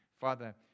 Father